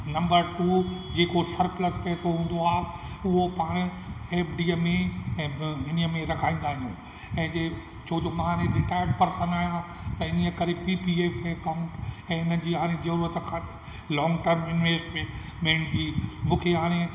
number two जेको surplus पैसो हूंदो आहे उहो पाणि एफडीअ में ऐं बि हिन ई में रखाईंदा आहियूं ऐं छे जे छो जो मां हाणे रिटायर पर्सन आहियां त इन्हीअ करे पी पी जे अकाऊंट ऐं हिनजी हाणे ज़रूरत काने लोंग टर्म इनवेस्टमेंट जी मूंखे हाणे